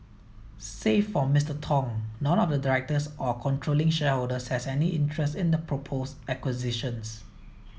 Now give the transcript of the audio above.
save for Mister Tong none of the directors or controlling shareholders has any interest in the proposed acquisitions